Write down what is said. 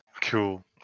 Cool